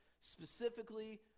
Specifically